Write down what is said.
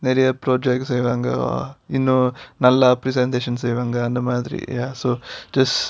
நிறைய:niraiya projects செய்வாங்க:seivaanga you know நல்ல:nalla presentations செய்வாங்க அந்த மாதிரி:seivaanga antha maathiri ya so just